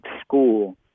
school